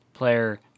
player